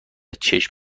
چشم